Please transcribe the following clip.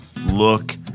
look